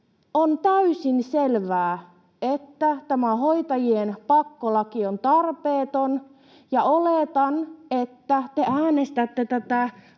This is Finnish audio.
on täysin selvää, että tämä hoitajien pakkolaki on tarpeeton, ja oletan, että te äänestätte tätä